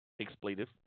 expletive